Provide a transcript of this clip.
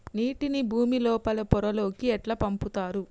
నీటిని భుమి లోపలి పొరలలోకి ఎట్లా పంపుతరు?